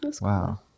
Wow